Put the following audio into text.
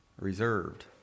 Reserved